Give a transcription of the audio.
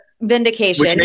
vindication